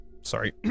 Sorry